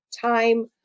time